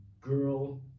Girl